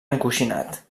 encoixinat